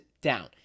down